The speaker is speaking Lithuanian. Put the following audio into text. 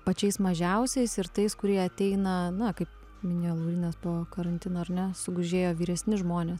pačiais mažiausiais ir tais kurie ateina na kaip minėjo laurynas po karantino ar ne sugužėjo vyresni žmonės